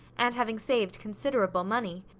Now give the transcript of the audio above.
and having saved considerable money.